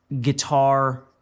guitar